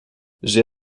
j’ai